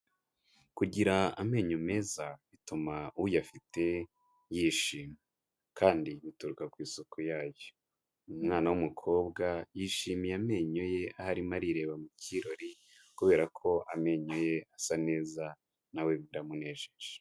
Kugira amenyo meza bituma uyafite yishimye kandi bituruka ku isoko yayo, umwana w'umukobwa yishimiye amenyo ye, aho arimo arireba mu kirori kubera ko amenyo ye asa neza nawe biramunejeje.